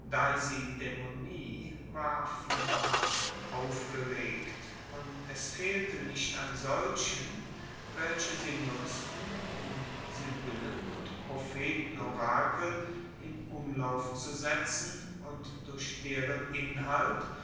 deisidaemonie war fieberhaft aufgeregt und es fehlte nicht an solchen welche sie nutzten um sibyllen und prophetenorakel in umlauf zu setzen und durch deren inhalt